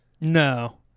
No